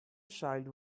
child